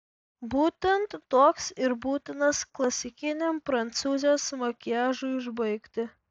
būtent toks ir būtinas klasikiniam prancūzės makiažui užbaigti